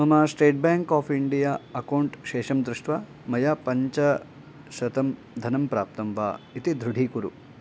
मम state bank of India account शेषं दृष्ट्वा मया पञ्चशतं धनं प्राप्तं वा इति दृढीकुरु